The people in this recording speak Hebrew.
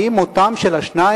האם בגלל מותם של השניים,